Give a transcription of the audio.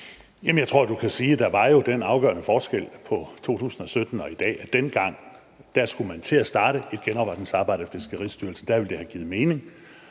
jeg tror, at du kan sige, at der er den afgørende forskel på 2017 og i dag, at dengang skulle man til at starte et genopretningsarbejde i Fiskeristyrelsen, så det ville have givet mening